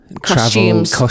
costumes